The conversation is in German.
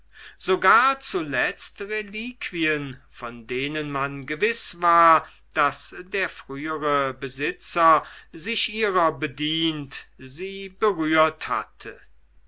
sogar zuletzt reliquien von denen man gewiß war daß der frühere besitzer sich ihrer bedient sie berührt hatte